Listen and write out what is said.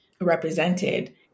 represented